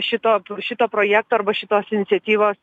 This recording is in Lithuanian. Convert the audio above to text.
šito šito projekto arba šitos iniciatyvos